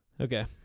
Okay